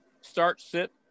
start-sit